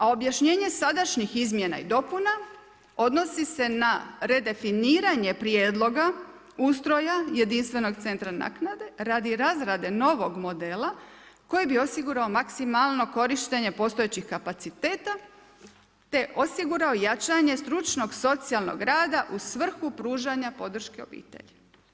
A objašnjenje sadašnjih izmjena i dopuna, odnosi se na redefiniranje prijedloga ustroja, jedinstvenog centra naknade, radi razrade novog modela koji bi osigurao maksimalno korištenje postojećeg kapaciteta, te osigurao jačanje stručnog socijalnog rada u svrhu pružanja podrške obitelji.